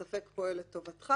הספק פועל לטובתך.